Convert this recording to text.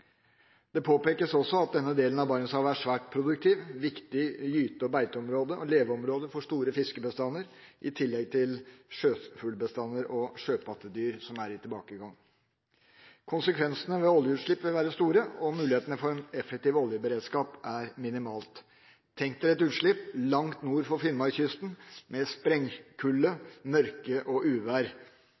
Det påpekes også at denne delen av Barentshavet er svært produktivt og et viktig gyte-, beite- og leveområde for store fiskebestander, i tillegg viktig for sjøfuglbestander og sjøpattedyr som er i tilbakegang. Konsekvensene ved oljeutslipp vil være store, og mulighetene for en effektiv oljeberedskap er minimale. Tenk dere et utslipp langt nord for Finnmarkskysten, med sprengkulde, mørke og uvær.